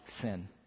sin